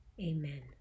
Amen